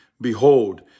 Behold